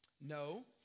No